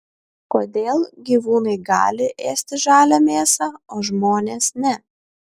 kodėl gyvūnai gali ėsti žalią mėsą o žmonės ne